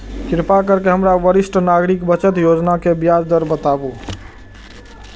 कृपा करके हमरा वरिष्ठ नागरिक बचत योजना के ब्याज दर बताबू